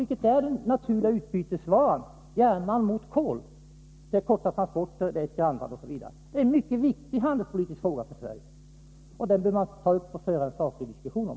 Det är ju den naturliga utbytesvaran — järnmalm mot kol. Det rör sig om korta transporter, är fråga om ett grannland osv. Detta är en mycket viktig handelspolitisk fråga för Sverige, och den tycker jag att vi bör ta upp och föra en saklig diskussion om.